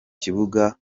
kibuga